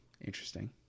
interesting